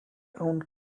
owned